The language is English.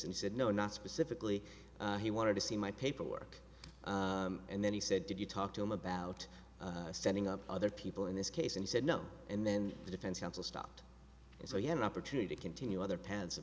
he said no not specifically he wanted to see my paperwork and then he said did you talk to him about standing up other people in this case and he said no and then the defense counsel stopped so you have an opportunity to continue other pa